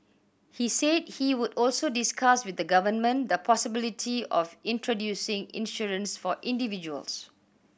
he said he would also discuss with the government the possibility of introducing insurance for individuals